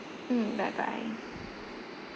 mm bye bye